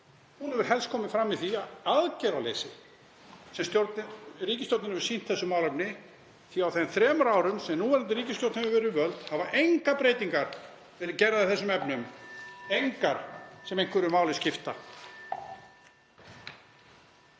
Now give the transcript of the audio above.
Hún hefur helst komið fram í því aðgerðaleysi sem ríkisstjórnin hefur sýnt þessu málefni því að á þeim þremur árum sem núverandi ríkisstjórn hefur verið við völd hafa engar breytingar verið gerðar í þessum efnum, engar sem neinu máli skipta.